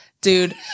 Dude